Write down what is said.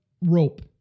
rope